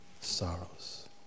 Sorrows